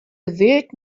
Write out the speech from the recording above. gewillt